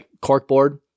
corkboard